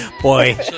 Boy